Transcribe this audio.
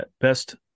best